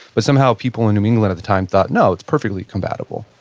but somehow, people in new england at the time thought, no, it's perfectly compatible.